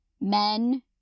men